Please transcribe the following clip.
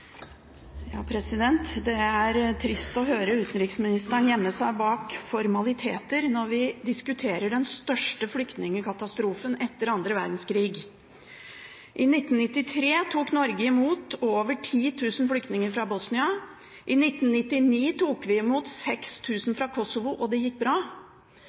Det er trist å høre utenriksministeren gjemme seg bak formaliteter når vi diskuterer den største flyktningkatastrofen etter annen verdenskrig. I 1993 tok Norge imot over 10 000 flyktninger fra Bosnia. I 1999 tok vi imot 6 000 fra Kosovo. Det gikk bra.